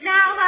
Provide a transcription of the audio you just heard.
Now